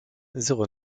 zéro